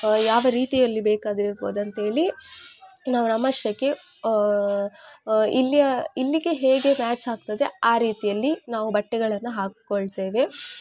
ಯಾವ ರೀತಿಯಲ್ಲಿ ಬೇಕಾದರೆ ಇರ್ಬೋದಂತೇಳಿ ನಾವು ನಮ್ಮಷ್ಟಕ್ಕೆ ಇಲ್ಲಿಯ ಇಲ್ಲಿಗೆ ಹೇಗೆ ಮ್ಯಾಚ್ ಆಗ್ತದೆ ಆ ರೀತಿಯಲ್ಲಿ ನಾವು ಬಟ್ಟೆಗಳನ್ನು ಹಾಕ್ಕಿಕೊಳ್ತೇವೆ